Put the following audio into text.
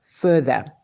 further